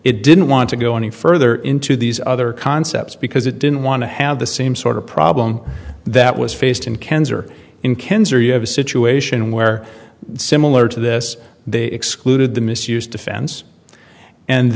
it didn't want to go any further into these other concepts because it didn't want to have the same sort of problem that was faced in cans or in cans or you have a situation where similar to this they excluded the misuse defense and